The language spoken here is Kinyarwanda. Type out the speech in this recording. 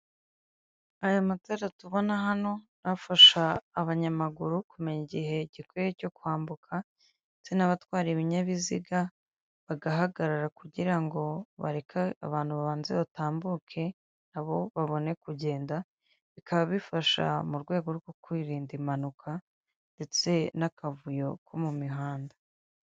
Aya matara tubona hano, afasha abanyamaguru kumenya igihe gikwiye cyo kwambuka, ndetse n'abatwara ibinyabiziga bagahagarara kugira ngo bareke abantu babanze batambuke na bo babone kugenda, bikaba bifasha mu rwego rwo kwirinda impanuka ndetse n'akavuyo ko mu mihanda.